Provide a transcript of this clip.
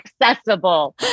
accessible